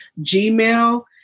Gmail